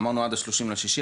אמרנו עד ה-30 ביוני,